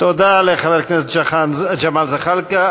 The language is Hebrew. תודה לחבר הכנסת ג'מאל זחאלקה.